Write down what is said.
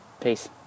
Peace